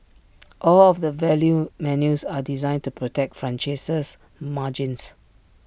all of the value menus are designed to protect franchisees margins